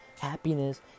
Happiness